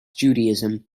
judaism